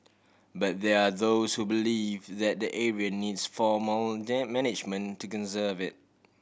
but there are those who believe that the area needs formal then management to conserve it